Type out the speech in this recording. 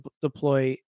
deploy